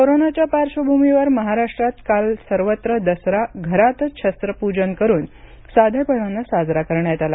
दसरा कोरोनाच्या पार्श्वभूमीवर महाराष्ट्रात काल सर्वत्र दसरा घरातच शस्त्रपूजन करून साधेपणानं साजरा करण्यात आला